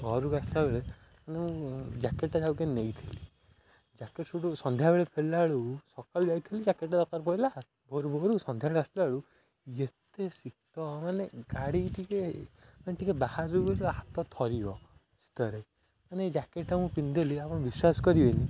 ଘରକୁ ଆସିଲାବେଳେ ମାନେ ମୁଁ ଜ୍ୟାକେଟ୍ଟା ଯା ହଉ କେମିତି ନେଇଥିଲି ଜ୍ୟାକେଟ୍ ସୁଟ୍ ସନ୍ଧ୍ୟାବେଳେ ଫେରିଲା ବେଳକୁ ସକାଳୁ ଯାଇଥିଲି ଜ୍ୟାକେଟ୍ଟା ଦରକାର ପଡ଼ିଲା ଭୋରୁ ଭୋରୁ ସନ୍ଧ୍ୟାବେଳେ ଆସିଲା ବେଳକୁ ଏତେ ଶୀତ ମାନେ ଗାଡ଼ି ଟିକେ ମାନେ ଟିକେ ବାହାରୁ କୁ ହାତ ଥରିବ ଶୀତରେ ମାନେ ଏଇ ଜ୍ୟାକେଟ୍ଟା ମୁଁ ପିନ୍ଧିଲିି ଆପଣ ବିଶ୍ୱାସ କରିବେନି